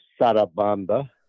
Sarabanda